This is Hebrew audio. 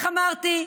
איך אמרתי?